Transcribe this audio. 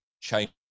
change